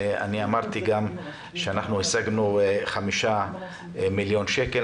אמרתי שהשגנו 5 מיליון שקל,